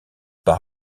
par